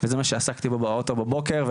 וזה מה שעסקתי בו באוטו בבוקר,